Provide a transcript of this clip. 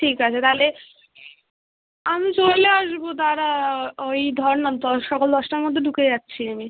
ঠিক আছে তাহলে আমি চলে আসবো দাঁড়া ওই ধর না দ সকাল দশটার মধ্যে ঢুকে যাচ্ছি আমি